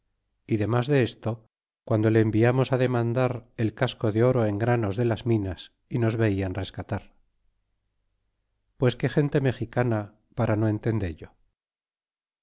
y tiernas desto curando le enviarnos h demandar el casco de oro en granos de las minas y nos veian rescatar pues que gente mexicana para no entendello